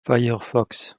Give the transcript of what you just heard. firefox